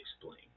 explain